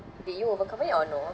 did you overcome it or no